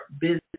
business